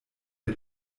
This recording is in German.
der